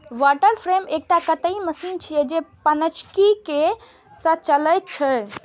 water frame एकटा कताइ machine छियै, जे पनचक्की सं चलै छै